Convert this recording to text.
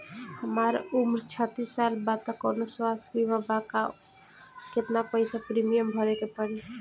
हमार उम्र छत्तिस साल बा त कौनों स्वास्थ्य बीमा बा का आ केतना पईसा प्रीमियम भरे के पड़ी?